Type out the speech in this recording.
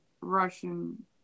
russian